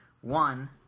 One